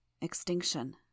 Extinction